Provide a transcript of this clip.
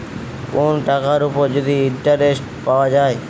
কোন টাকার উপর যদি ইন্টারেস্ট পাওয়া যায়